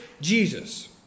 Jesus